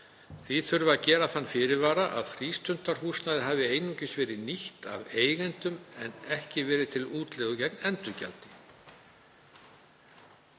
Því þurfi að gera þann fyrirvara að frístundahúsnæði hafi einungis verið nýtt af eigendum en ekki verið til útleigu gegn endurgjaldi.